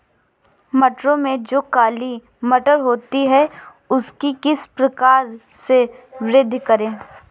मटरों में जो काली मटर होती है उसकी किस प्रकार से वृद्धि करें?